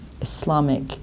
Islamic